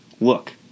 look